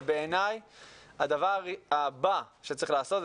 בעיני הדבר הבא שצריך לעשות,